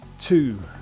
two